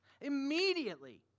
immediately